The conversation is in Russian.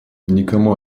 никому